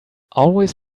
always